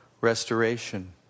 restoration